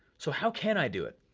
so, how can i do it?